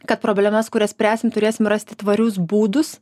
kad problemas kurias spręsim turėsim rasti tvarius būdus